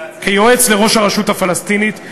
כיועץ לראש הרשות הפלסטינית,